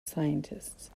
scientists